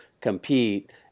compete